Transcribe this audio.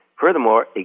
Furthermore